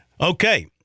Okay